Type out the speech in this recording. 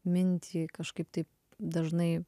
mintį kažkaip taip dažnai